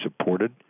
supported